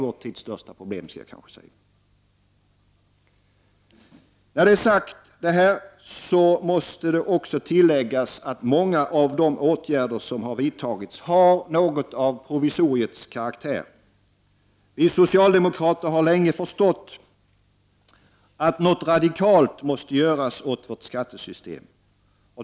När detta är sagt, måste det också tilläggas att många av de åtgärder som vidtagits har provisoriets karaktär. Vi socialdemokrater har länge förstått att något radikalt måste göras åt vårt skattesystem.